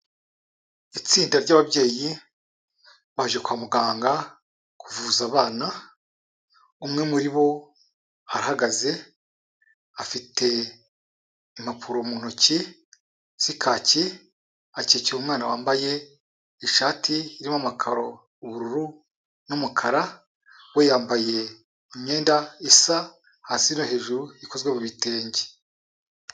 Ktsinda ry'ababyeyi baje kwa muganga kuvuza abana, umwe muri bo ahagaze afite impapuro mu ntoki z'ikaki akikiye umwana wambaye ishati irimo amakaro, ubururu n'umukara, we yambaye imyenda isa hasi hejuru ikozwe bitenge.